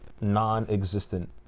non-existent